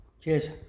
Cheers